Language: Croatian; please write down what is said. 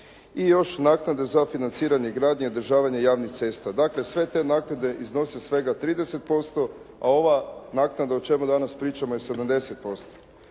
I još naknada za financiranje i gradnju i održavanje javnih cesta. Dakle, sve te naknade iznose svega 30% a ova naknada o čemu danas pričamo je 70%.